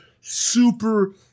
super